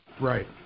Right